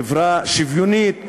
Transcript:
חברה שוויונית,